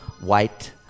white